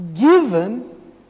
given